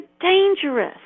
dangerous